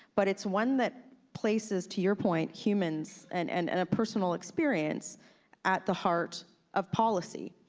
but it's one that places, to your point, humans and and and a personal experience at the heart of policy,